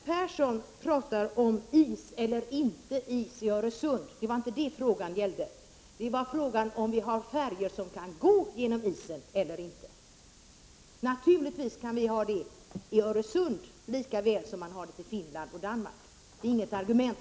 Herr talman! Bertil Persson talar om is eller inte is i Öresund, men det var inte det som frågan gällde. Frågan var om vi har färjor som kan gå genom 49 isen eller inte. Naturligtvis kan vi ha sådana i Öresund lika väl som man har sådana på linjerna till Åland och Danmark. Vad Bertil Persson hänvisar till är inget argument.